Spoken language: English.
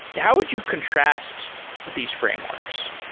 how would you contrast these frameworks?